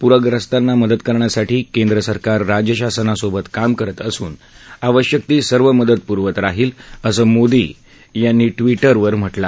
पूखस्तांना मदत करण्यासाठी केंद्रसरकार राज्यशासनासोबत काम करत असून आवश्यक ती सर्व मदत पुरवत राहील असं मोदी यांनी ट्विटरवर म्हटलं आहे